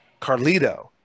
Carlito